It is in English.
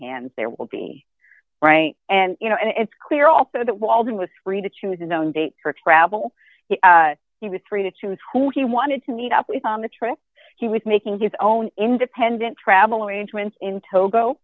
hands there will be right and you know and it's clear also that walton was free to choose in the date for travel he was free to choose who he wanted to meet up with on the trip he was making his own independent travel arrangements in togo